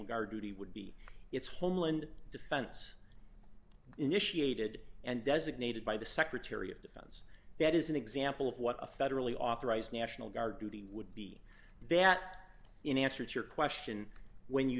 guard duty would be it's homeland defense initiated and designated by the secretary of defense that is an example of what a federally authorized national guard duty would be that in answer to your question when you